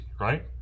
right